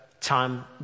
time